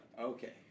Okay